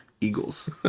Eagles